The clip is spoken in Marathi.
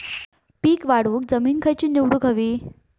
पीक वाढवूक जमीन खैची निवडुक हवी?